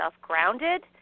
grounded